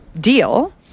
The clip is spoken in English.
deal